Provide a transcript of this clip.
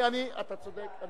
אתה צודק.